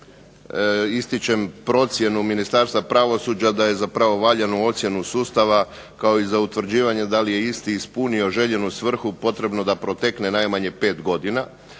ističem procjenu Ministarstva pravosuđa da je zapravo valjanu ocjenu sustava kao i utvrđivanje da li je isti ispunio željenu svrhu potrebno da protekne najmanje 5 godina.